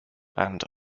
and